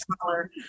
smaller